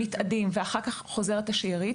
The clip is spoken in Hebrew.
מתאדים ואחר כך חוזרת השארית.